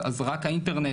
אז רק האינטרנט,